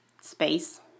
space